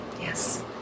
Yes